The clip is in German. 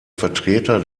vertreter